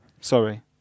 Sorry